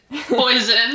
Poison